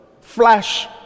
flash